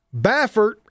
Baffert